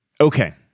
Okay